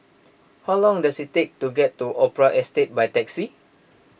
how long does it take to get to Opera Estate by taxi